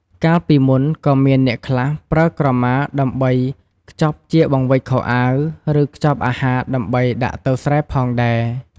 កាលពីមុនក៏មានអ្នកខ្លះ ប្រើក្រមាដើម្បីខ្ចប់ជាបង្វិចខោអាវ ឬ ខ្ចប់អាហារដើម្បីដាក់ទៅស្រែផងដែរ។